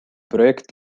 projekt